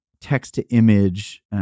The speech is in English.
text-to-image